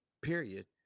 period